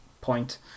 point